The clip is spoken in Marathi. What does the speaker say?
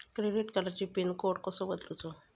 क्रेडिट कार्डची पिन कोड कसो बदलुचा?